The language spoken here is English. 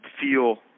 feel –